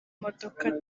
modoka